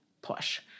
push